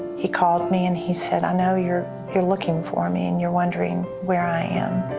he called me and he said, i know you're you're looking for me and you're wondering where i am.